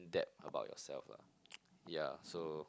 depth about yourself lah yeah so